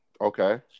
Okay